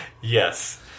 yes